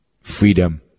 freedom